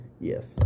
Yes